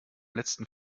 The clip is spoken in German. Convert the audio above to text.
letzten